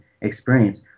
experience